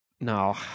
No